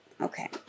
okay